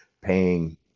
paying